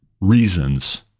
reasons